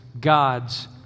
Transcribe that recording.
God's